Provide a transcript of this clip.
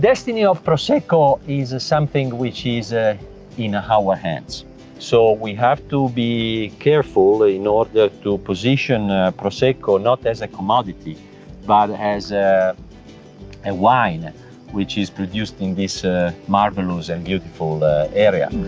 destiny of prosecco is and something which is ah in ah our hands so we have to be careful in order to position prosecco not as a commodity but as a and wine and which is produced in this ah marvelous and beautiful area.